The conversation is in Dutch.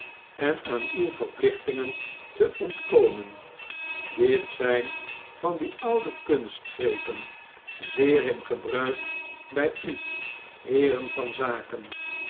en aan uw verplichtingen te ontkomen dit zyn van die oude kunstgrepen zeer in gebruik by u heeren van zaken